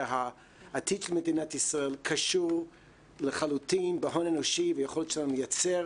שהעתיד של מדינת ישראל קשור לחלוטין בהון אנושי והיכולת שלנו לייצר